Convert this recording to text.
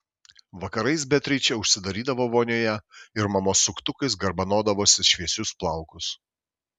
vakarais beatričė užsidarydavo vonioje ir mamos suktukais garbanodavosi šviesius plaukus